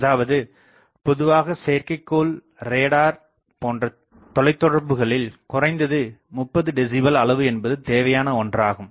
அதாவது பொதுவாக செயற்கைக்கோள் ரேடார் போன்ற தொலைத்தொடர்புகளில் குறைந்தது 30 டெசிபல் அளவு என்பது தேவையான ஒன்றாகும்